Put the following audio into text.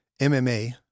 MMA